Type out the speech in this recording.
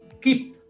keep